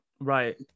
Right